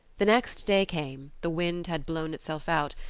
the next day came, the wind had blown itself out,